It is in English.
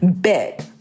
big